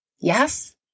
Yes